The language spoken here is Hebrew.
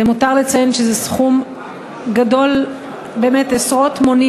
למותר לציין שזה סכום גדול עשרות מונים